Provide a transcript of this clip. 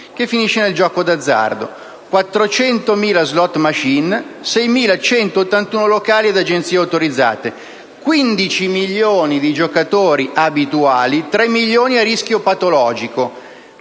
finisce nel gioco d'azzardo; 400.000 *slot machine*; 6.181 locali ed agenzie autorizzate; 15 milioni di giocatori abituali; 3 milioni a rischio patologico,